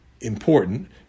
important—